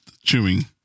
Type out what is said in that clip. chewing